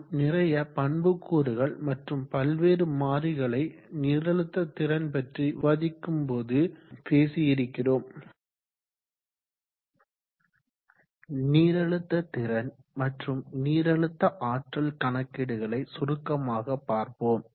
நாம் நிறைய பண்புக்கூறுகள் மற்றும் பல்வேறு மாறிகளை நீரழுத்த திறன் பற்றி விவாதிக்கும் போது பேசிஇருக்கிறோம் நீரழுத்த திறன் மற்றும் நீரழுத்த ஆற்றல் கணக்கீடுகளை சுருக்கமாக பார்ப்போம்